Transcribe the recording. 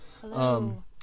Hello